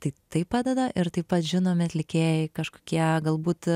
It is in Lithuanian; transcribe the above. tai tai padeda ir taip pat žinomi atlikėjai kažkokie galbūt